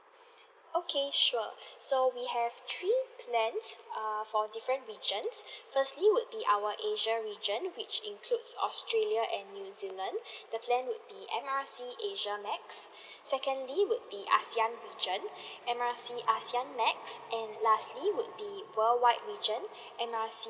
okay sure so we have three plans err for different region firstly would be our asia region which includes australia and new zealand the plan would be M R C asia max secondly would be ASEAN region M R C ASEAN max and lastly would be worldwide region M R C